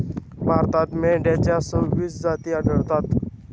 भारतात मेंढ्यांच्या सव्वीस जाती आढळतात